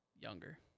younger